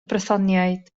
brythoniaid